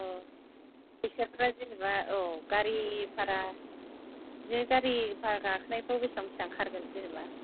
औ फैसाफ्रा जेनोबा औ गारि भारा बे गारि भारा गाखोनायफ्राव बेसेबां बेसेबां खारगोन जेनोबा